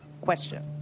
question